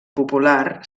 popular